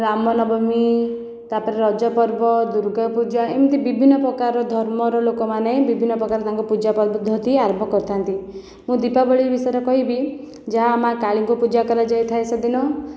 ରାମନବମୀ ତା'ପରେ ରଜ ପର୍ବ ଦୁର୍ଗା ପୂଜା ଏମିତି ବିଭିନ୍ନ ପ୍ରକାର ଧର୍ମର ଲୋକମାନେ ବିଭିନ୍ନ ପ୍ରକାର ତାଙ୍କର ପୂଜା ପଦ୍ଧତି ଆରମ୍ଭ କରିଥାନ୍ତି ମୁଁ ଦୀପାବଳି ବିଷୟରେ କହିବି ଯାହା ମା କାଳୀଙ୍କ ପୂଜା କରାଯାଇଥାଏ ସେଦିନ